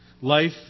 Life